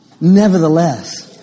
nevertheless